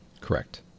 Correct